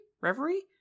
Reverie